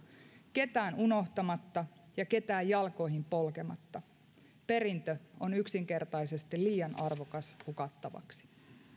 ketään unohtamatta ja ketään jalkoihin polkematta perintö on yksinkertaisesti liian arvokas hukattavaksi